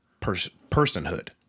personhood